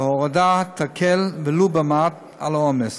וההורדה תקל ולו במעט על העומס.